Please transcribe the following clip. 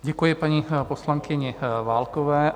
Děkuji paní poslankyni Válkové.